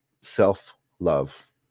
Self-love